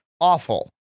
Awful